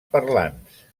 parlants